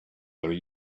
there